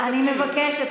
אני מבקשת.